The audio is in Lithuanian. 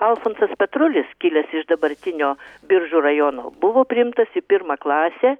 alfonsas petrulis kilęs iš dabartinio biržų rajono buvo priimtas į pirmą klasę